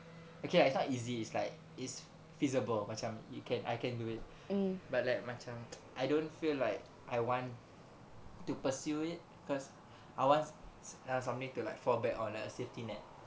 okay lah it's not easy it's like is feasible but some you can I can do it but like macam I don't feel like I want to pursue it cause I want something to like fall back on like a safety net